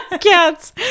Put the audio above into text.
Cats